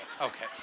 Okay